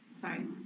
sorry